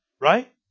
Right